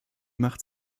machte